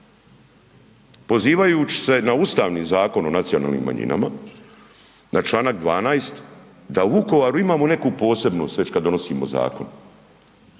Pozivajući se na Ustavni zakon o nacionalnim manjinama na čl. 12. da u Vukovaru imamo neku posebnost već kada donosimo zakon,